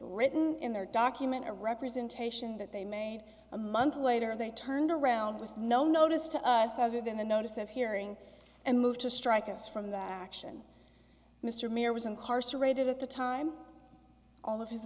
written in their document a representation that they made a month later and they turned around with no notice to us other than the notice of hearing and moved to strike us from the action mr mir was incarcerated at the time all of his